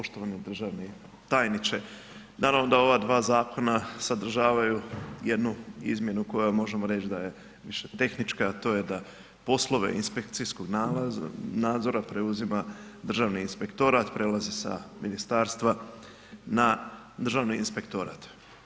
Poštovani državni tajniče, naravno da ova dva zakona sadržavaju jednu izmjenu koja možemo reći da je više tehnička, a to je da poslove inspekcijskog nadzora preuzima Državni inspektorat, prelazi sa ministarstva na Državni inspektorat.